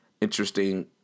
interesting